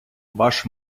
ваш